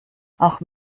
auch